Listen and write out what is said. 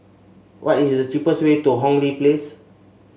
what is the cheapest way to Hong Lee Place